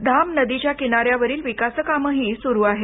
धामनदीच्या किनाऱ्यावरील विकासकामंही सुरू आहेत